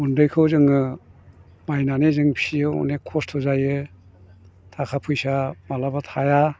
गुन्दैखौ जोङो बायनानै जों फियो अनेक खस्थ' जायो थाखा फैसा मालाबा थाया